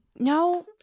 no